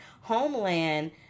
Homeland